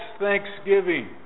thanksgiving